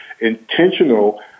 intentional